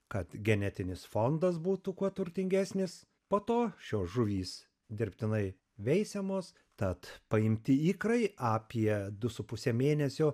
kad genetinis fondas būtų kuo turtingesnis po to šios žuvys dirbtinai veisiamos tad paimti ikrai apie du su puse mėnesio